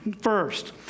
First